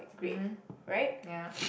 mmhmm yeah